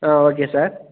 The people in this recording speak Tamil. ah okay sir